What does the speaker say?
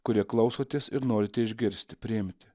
kurie klausotės ir norite išgirsti priimti